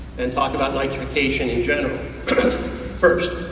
and talk about nitrification in general first.